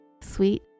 sweet